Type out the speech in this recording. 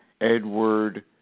Edward